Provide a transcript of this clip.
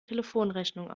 telefonrechnung